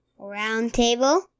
Roundtable